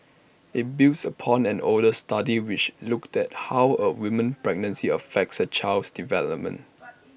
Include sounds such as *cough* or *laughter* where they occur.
IT builds upon an older study which looked at how A woman's pregnancy affects her child's development *noise*